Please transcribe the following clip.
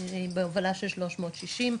היא בהובלה של 360,